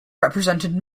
represented